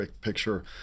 picture